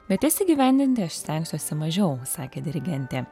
bet jas įgyvendinti aš stengsiuosi mažiau sakė dirigentė